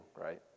right